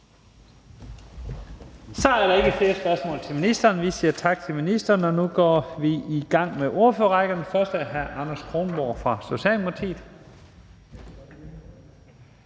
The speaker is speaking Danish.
Så er der ikke flere spørgsmål til ministeren. Vi siger tak til ministeren, og nu går vi i gang med ordførerrækken. Den første er hr. Anders Kronborg er fra Socialdemokratiet.